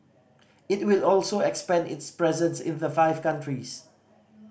it will also expand its presence in the five countries